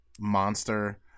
monster